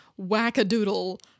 wackadoodle